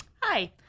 Hi